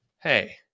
hey